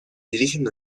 dirigen